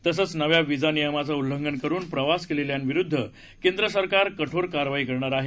तसेच नव्या व्हिसा नियमांचं उल्लंघन करून प्रवास केलेल्याविरुदध केंद्र सरकार कठोर कारवाई करणार आहे